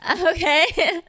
Okay